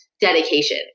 dedication